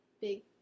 big